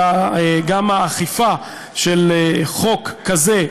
אלא גם האכיפה של חוק כזה,